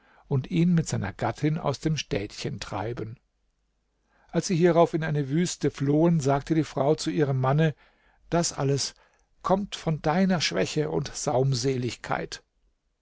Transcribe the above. und ihn mit seiner gattin aus dem städtchen treiben als sie hierauf in eine wüste flohen sagte die frau zu ihrem manne das alles kommt von deiner schwäche und